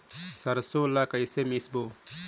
सरसो ला कइसे मिसबो?